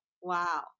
Wow